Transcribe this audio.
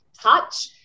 touch